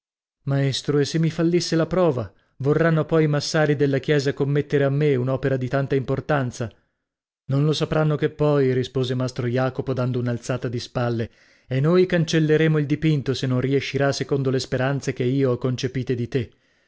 maestro e se mi fallisse la prova vorranno poi i massari della chiesa commettere a me un'opera di tanta importanza non lo sapranno che poi rispose mastro jacopo dando un'alzata di spalle e noi cancelleremo il dipinto se non riescirà secondo le speranze che io ho concepite di te